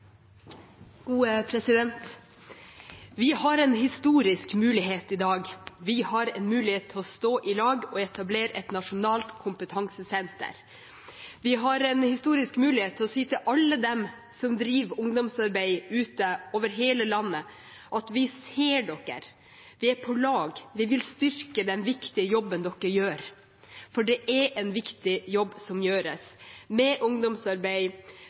Vi har en historisk mulighet i dag. Vi har en mulighet til å stå i lag og etablere et nasjonalt kompetansesenter. Vi har en historisk mulighet til å si til alle de som driver ungdomsarbeid over hele landet: Vi ser dere, vi er på lag, vi vil styrke den viktige jobben dere gjør – for det er en viktig jobb som gjøres, med ungdomsarbeid,